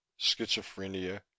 schizophrenia